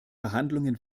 verhandlungen